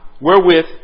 wherewith